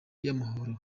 y’amahoro